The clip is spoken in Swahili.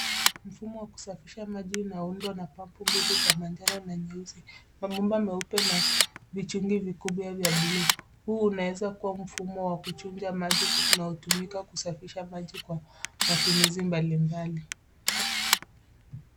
Mfumo wa kusafirisha maji unaundwa na pipe mbili za manjano na nyeusi. Mabomba meupe na vichungi vikubwa vya buluu. Huu unaweza kuwa mfumo wa kuchunja maji na kutumika kusafisha maji kwa matumizi mbalimbali.